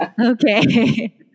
okay